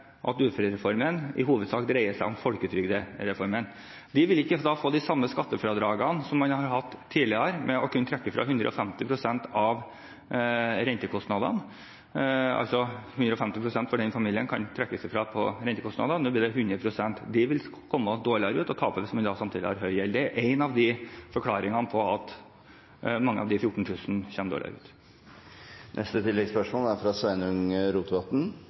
uførereformen, som i hovedsak dreier seg om en folketrygdreform. Man vil ikke få de samme skattefradragene som man har hatt tidligere ved å kunne trekke fra 150 pst. av rentekostnadene. En familie kunne altså trekke fra 150 pst. av rentekostnadene, nå blir det 100 pst. De vil komme dårligere ut og tape på det, samtidig som de har høy gjeld. Dette er en av forklaringene på hvorfor mange av de